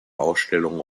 ausstellungen